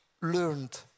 learned